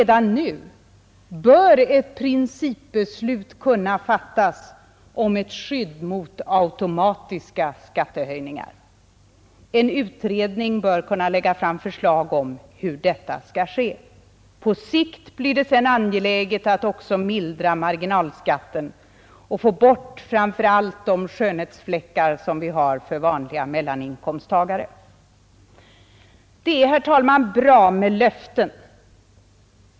Vidare bör redan nu ett principbeslut kunna fattas om ett skydd mot automatiska skattehöjningar. En utredning bör kunna lägga fram förslag om hur detta skall ske. På sikt blir det sedan angeläget att också mildra marginalskatten och få bort framför allt skönhetsfläckarna när det gäller beskattningen av vanliga mellaninkomsttagare. Det är, herr talman, bra med löften.